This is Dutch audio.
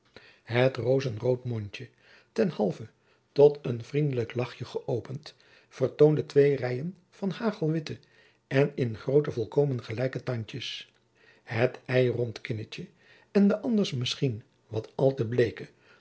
het roozenrood mondje ten halve tot een vriendelijk lagchje gëopend vertoonde twee rijen van hagelwitte en in grootte volkomen gelijke tandjens het eirond kinnetje en de anders misschien wat al te bleeke